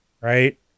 right